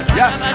yes